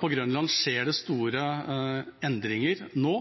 På Grønland skjer det store endringer nå,